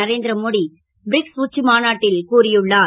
Narendra Modi BRICS உச்சி மாநாட்டில் கூறியுளார்